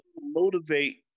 motivate